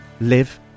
live